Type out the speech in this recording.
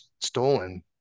stolen